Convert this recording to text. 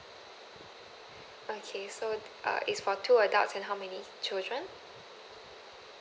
okay so uh is for two adults and how many children